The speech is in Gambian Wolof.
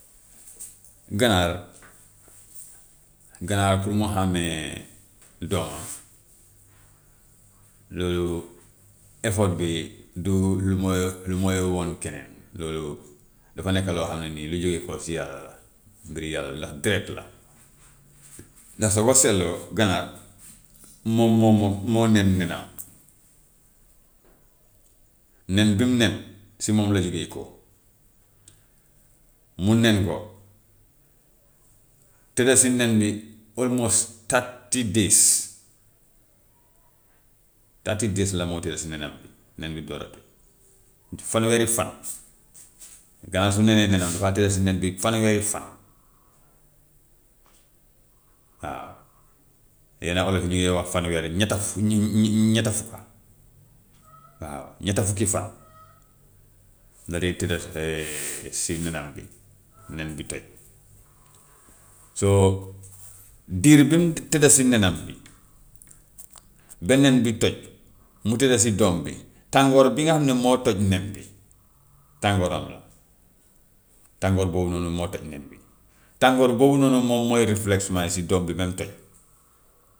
Ganaar ganaar pour mu xàmmee doomam lu, effort bi du lu muy lu muy wan keneen, loolu dafa nekk loo xam ne nii lu jógee koo si yàlla la, mbiru yàlla la deret la. ndax sax boo seetloo ganaar moom moo moom moo nen nenam, nen bi mu nen si moom la jugee koo, mu nen ko, tëdda si nen bi all most thirty days, thirty days la moo tëdd si nenam bi, nen bi door a toj. Fanweeri fan ganaar su nenee nenam dafaa tëdd si nen bi fanweeri fan waaw. Yenna olof yi ñu ngi wax fanweer ñetta fu- ñe-ñe- ñetta fukka waaw ñetta fukki fan la dee tëdda si nenam bi, nen bi toj. So diir bi mu tëdda si nenam bi ba nen bi toj mu tëdda si doom bi tàngoor bi nga xam ne moo toj nen bi tàngooram la, tàngoor boobu noonu moo toj nen bi, tàngoor boobu noonu moom mooy refleximy si doom bi ba mu toj.